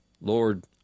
Lord